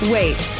Wait